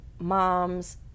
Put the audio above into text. moms